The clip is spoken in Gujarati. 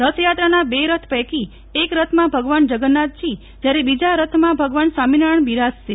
રથયાત્રાના બે રથ પૈકી એક રથમાં ભગવાનજગન્નાથજી જ્યારે બીજા રથમાં ભગવાન સ્વામિનારાયજ્ઞ બીરાજશે